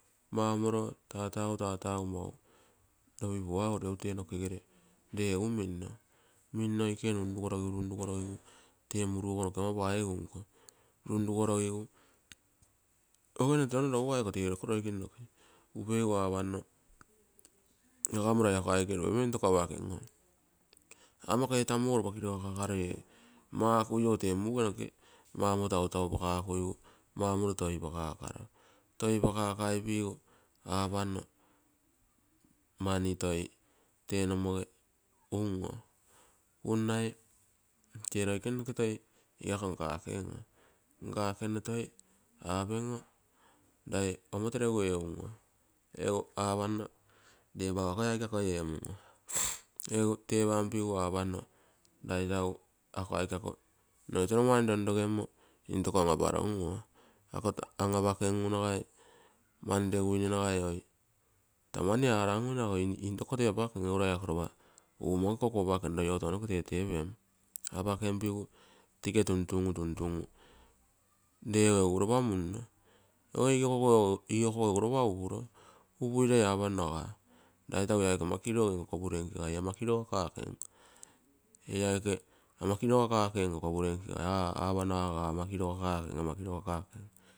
Maumoro tatagu, tatagu lopi puaguro. Egu tee nokegere ree egu minno ikoge runrugorogigu, runrugorogigu tee muru ogo noke ama paigu nko runrugorogigu tee muru ogo noke ama paigu nko, oge nne touno rougai iko tenko roikene noke, upeigu apanno aga mmo rai ako aike oiropempio intoko apaken oo aa mmo ako tamu ogo roba kirogagakaroi, makui ogo maumoro tautaupakuroi maumoro toipakakaro, roipakakaipigu apanno mani toi tee nomoge un oo, tee loikene noke igake to nkaken oo, nkakenno toi apem rai omoto regu ee unno, egu apanno ree akoi aike akoi ee munno, egu tepanpigu apanno. rai tegu ako aike noge tono mani roonrogemmo intoko an-aparonguo. Ako an-apakengu nagai mani regu nagai lopa mani aranguine intoko to apakem, egu rai umo nke koku apakenno roi ogo touneke. Tetepem, apakempigu teege tuntungu, tuntungu ree ogo egu loba munno, oge igokogo egu lopa upuro, upuirai apanno rai tagu ia aike roba kirogem kopurenke, rai ee ama kirogekakem, ee aike ama kirogakem, ama kirogakem.